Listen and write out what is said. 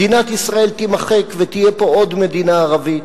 מדינת ישראל תימחק ותהיה פה עוד מדינה ערבית.